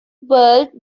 world